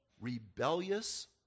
rebellious